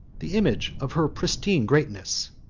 the image of her pristine greatness!